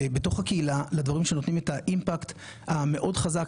ובתוך הקהילה לדברים שנותנים את האימפקט המאוד חזק.